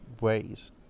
ways